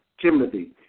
Timothy